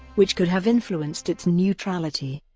which could have influenced its neutrality.